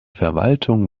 verwaltung